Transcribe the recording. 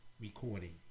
recording